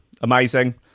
amazing